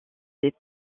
les